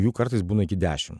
jų kartais būna iki dešim